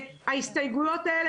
שההסתייגויות האלה,